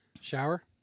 shower